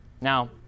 Now